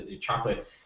chocolate